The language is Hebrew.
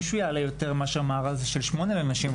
שהוא יעלה יותר ממארז של שמונה סכינים לנשים.